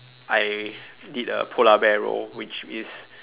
I did a polar bear roll which is